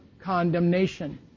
condemnation